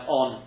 on